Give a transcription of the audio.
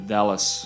Dallas